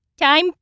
time